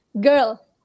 girl